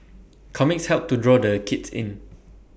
comics help to draw the kids in